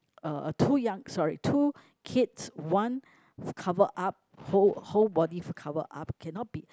uh uh two young sorry two kids one covered up whole whole body covered up cannot be